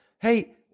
hey